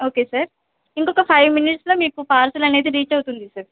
okay sir ఇంకొక five మినెట్స్లో మీకు పార్సిల్ అనేది రీచ్ అవుతుంది సార్